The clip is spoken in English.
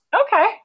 Okay